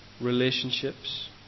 relationships